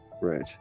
Right